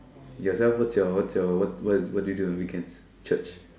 yourself what's your what's your what what what do you do on weekends Church